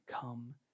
come